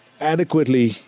adequately